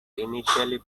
initially